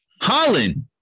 Holland